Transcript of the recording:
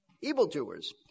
evildoers